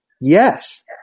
yes